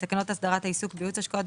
לתקנות הסדרת העיסוק בייעוץ השקעות,